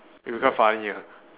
it'll be quite funny ah